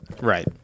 Right